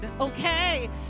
okay